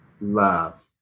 love